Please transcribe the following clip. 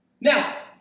Now